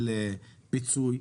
פיצוי?